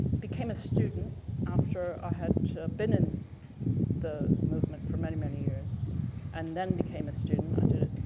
became a student after i had been in the movement for many, many years and then became a student. i did it,